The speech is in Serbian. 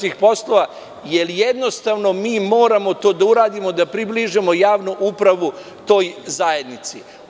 Jednostavno, mi moramo to da uradimo, da približimo javnu upravu toj zajednici.